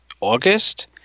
August